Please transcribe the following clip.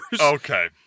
Okay